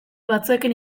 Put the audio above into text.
batzuekin